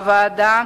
הוועדה